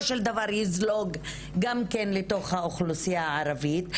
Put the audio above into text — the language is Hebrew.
של דבר יזלוג גם כן לתוך האוכלוסייה הערבית,